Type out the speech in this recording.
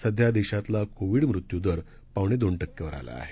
सध्या देशातला कोविड मृत्यूदर पावणे दोन टक्क्यावर आला आहे